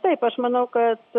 taip aš manau kad